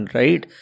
right